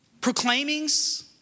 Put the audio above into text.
proclaimings